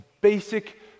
basic